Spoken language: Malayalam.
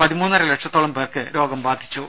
പതിമൂന്നര ലക്ഷത്തോളം പേർക്ക് രോഗം ബാധിച്ചു